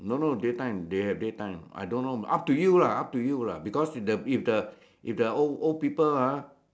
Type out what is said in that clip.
don't know day time they have day time I don't know up to you lah up to you lah because the if the if the old old people ah